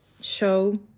show